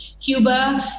cuba